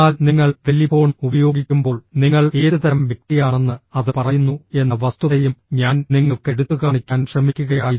എന്നാൽ നിങ്ങൾ ടെലിഫോൺ ഉപയോഗിക്കുമ്പോൾ നിങ്ങൾ ഏതുതരം വ്യക്തിയാണെന്ന് അത് പറയുന്നു എന്ന വസ്തുതയും ഞാൻ നിങ്ങൾക്ക് എടുത്തുകാണിക്കാൻ ശ്രമിക്കുകയായിരുന്നു